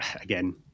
again